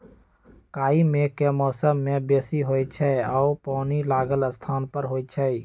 काई मेघ के मौसम में बेशी होइ छइ आऽ पानि लागल स्थान पर होइ छइ